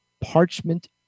parchment